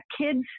kid's –